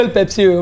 Pepsi